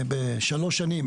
בשלוש שנים,